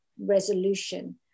resolution